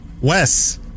Wes